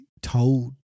told